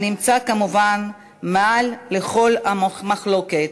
הנמצא, כמובן, מעל לכל מחלוקת,